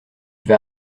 vas